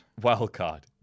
Wildcard